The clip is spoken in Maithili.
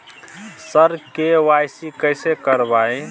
सर के.वाई.सी कैसे करवाएं